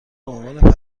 عنوان